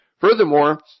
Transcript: Furthermore